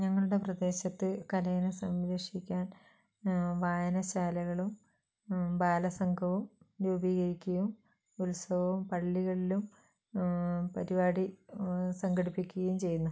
ഞങ്ങളുടെ പ്രദേശത്ത് കലയെ സംരക്ഷിക്കാൻ വായനശാലകളും ബാലസംഘവും രൂപീകരിക്കുകയും ഉത്സവവും പള്ളികളിലും പരിപാടി സംഘടിപ്പിക്കുകയും ചെയ്യുന്നു